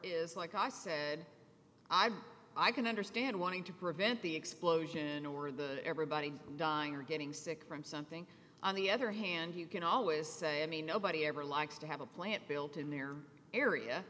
is like i said i'm i can understand wanting to prevent the explosion or the everybody dying or getting sick from something on the other hand you can always say i mean nobody ever likes to have a plant built in their area